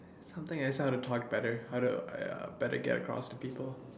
something just how to talk better how to uh better get across to people